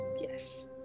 yes